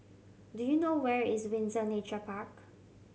do you know where is Windsor Nature Park